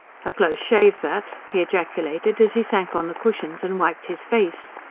a close shave that! he ejaculated as he sank on the cushions and wiped his face.